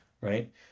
right